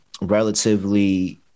relatively –